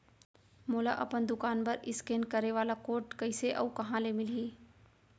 मोला अपन दुकान बर इसकेन करे वाले कोड कइसे अऊ कहाँ ले मिलही?